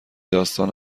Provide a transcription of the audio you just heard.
داستان